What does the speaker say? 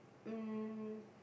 um